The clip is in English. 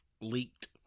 leaked